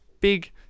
big